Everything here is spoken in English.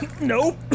Nope